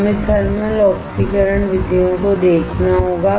हमें थर्मल ऑक्सीकरण विधियों को देखना होगा